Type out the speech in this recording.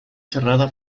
cerrada